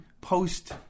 post